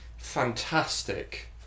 fantastic